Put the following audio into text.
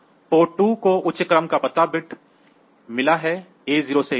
port 2 को उच्च क्रम का पता बिट्स मिला है A0 से A15